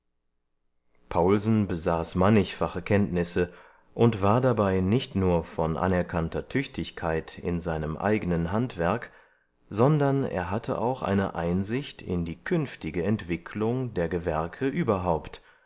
paulsen besaß mannigfache kenntnisse und war dabei nicht nur von anerkannter tüchtigkeit in seinem eignen handwerk sondern er hatte auch eine einsicht in die künftige entwicklung der gewerke überhaupt